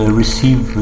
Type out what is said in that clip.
receive